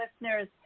listeners